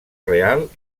real